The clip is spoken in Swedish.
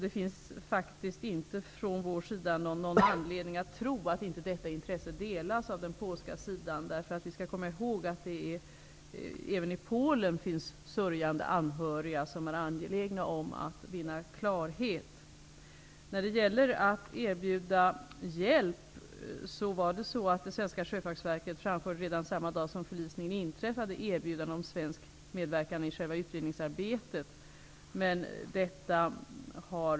Det finns inte någon anledning för oss att tro att detta intresse inte delas av polackerna. Vi skall komma ihåg att det även i Polen finns sörjande anhöriga som är angelägna om att vinna klarhet. Det svenska sjöfartsverket framförde redan samma dag som förlisningen inträffade erbjudande om svensk medverkan i själva utredningsarbetet.